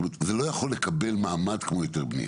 זה לא יכול לקבל מעמד כמו היתר בנייה.